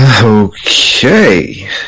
Okay